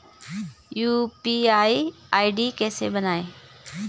UPI ID कैसे बनायें?